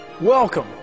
Welcome